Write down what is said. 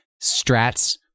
strats